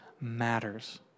matters